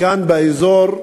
כאן באזור,